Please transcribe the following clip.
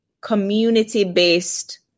community-based